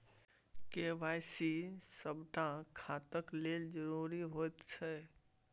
KYC सभटा खाताक लेल जरुरी होइत छै